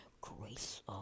grace